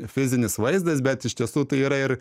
fizinis vaizdas bet iš tiesų tai yra ir